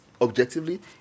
objectively